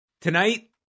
Tonight